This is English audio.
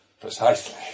Precisely